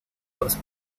aus